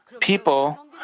People